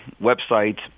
websites